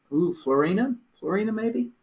ooh, florina? florina, maybe?